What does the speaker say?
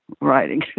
writing